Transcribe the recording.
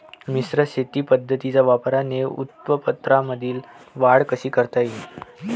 मिश्र शेती पद्धतीच्या वापराने उत्पन्नामंदी वाढ कशी करता येईन?